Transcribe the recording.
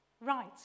Right